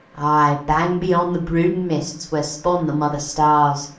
aye, bang beyond the broodin' mists where spawn the mother stars,